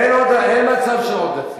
אין מצב של עודפים.